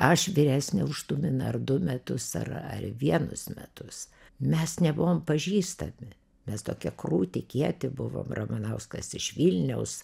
aš vyresnė už tuminą ar du metus ar ar vienus metus mes nebuvom pažįstami mes tokie krūti kieti buvom ramanauskas iš vilniaus